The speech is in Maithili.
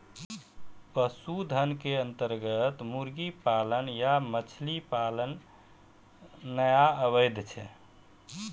पशुधन के अन्तर्गत मुर्गी पालन या मछली पालन नाय आबै छै